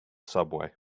subway